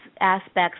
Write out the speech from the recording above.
aspects